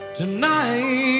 tonight